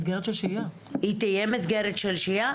היא תהיה מסגרת של שהייה.